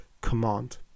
command